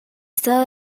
estado